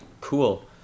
cool